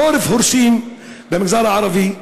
בחורף הורסים במגזר הערבי.